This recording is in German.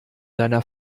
deiner